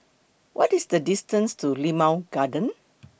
What IS The distance to Limau Garden